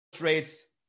rates